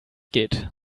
geht